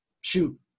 shoot